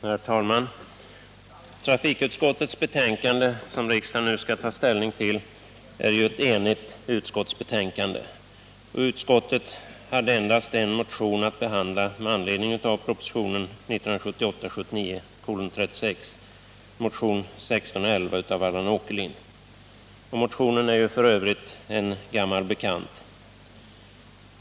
Herr talman! Det betänkande från trafikutskottet som riksdagen nu skall ta ställning till är enhälligt. Utskottet hade vid behandlingen av propositionen 1978 78:1611 av Allan Åkerlind. Motionen är f. ö. en gammal bekant.